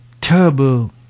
terrible